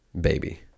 baby